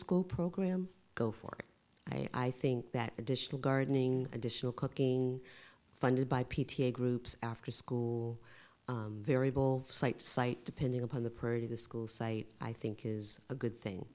school program go for it i think that additional gardening additional cooking funded by p t a groups after school variable site site depending upon the purdy the school site i think is a good thing